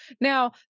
now